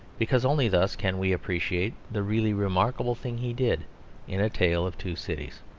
because only thus can we appreciate the really remarkable thing he did in a tale of two cities.